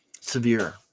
severe